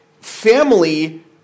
family